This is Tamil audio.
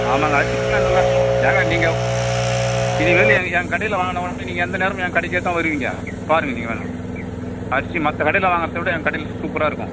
ஆமாங்க அரிசிலாம் நல்லா ஏங்க நீங்கள் இதுவரையிலையும் என் என் கடையில் வாங்குனவொடன்னே நீங்கள் எந்த நேரமும் என் கடைக்கே தான் வருவீங்க பாருங்கள் நீங்கள் வேணால் அரிசி மற்ற கடையில் வாங்கிறதை விட என் கடையில் சூப்பராக இருக்கும்